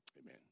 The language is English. Amen